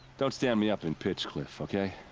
don't stand me up in pitchcliff, okay?